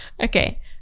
Okay